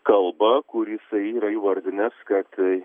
kalbą kur jisai yra įvardinęs kad